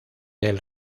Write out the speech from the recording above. del